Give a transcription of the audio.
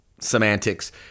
Semantics